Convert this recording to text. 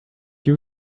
you